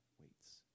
waits